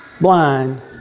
blind